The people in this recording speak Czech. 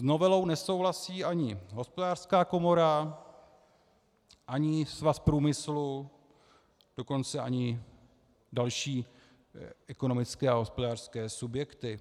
S novelou nesouhlasí ani Hospodářská komora, ani Svaz průmyslu, dokonce ani další ekonomické a hospodářské subjekty.